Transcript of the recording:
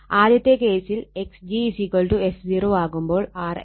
ആദ്യത്തെ കേസിൽ Xg f0 ആകുമ്പോൾ RLRg ആയിരിക്കും